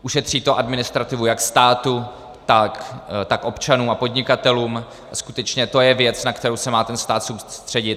Ušetří to administrativu jak státu, tak občanům a podnikatelům a skutečně to je věc, na kterou se má stát soustředit.